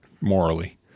morally